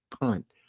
punt